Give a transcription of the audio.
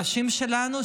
הנשים שלנו,